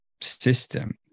system